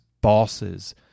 bosses